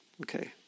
Okay